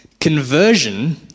conversion